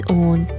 own